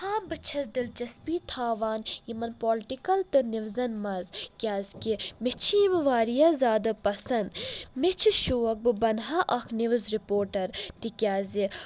ہاں بہٕ چھس دِلچسپی تھاوان یِمن پولٹِکل تہٕ نِوزن منٛز کیٛازِ کہ مےٚ چھ یِم واریاہ زیٛادٕ پسنٛد مےٚ چھ شوق بہٕ بنہٕ ہا اکھ نِوز رِپوٹر تِکیٛازِ